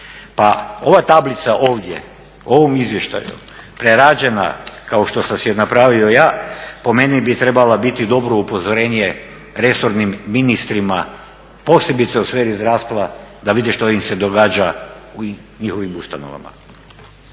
Pa ova tablica ovdje u ovom izvještaju prerađena kao što sam si je napravio ja po meni bi trebala biti dobro upozorenje resornim ministrima, posebice u sferi zdravstva da vide što im se događa u njihovim ustanovama.